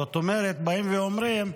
זאת אומרת, באים ואומרים: